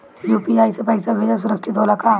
UPI से पैसा भेजल सुरक्षित होला का?